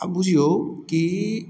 आब बुझियौ की